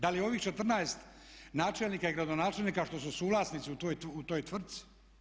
Da li ovih 14 načelnika i gradonačelnika što su suvlasnici u toj tvrtci?